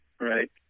Right